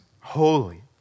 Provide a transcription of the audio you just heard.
holy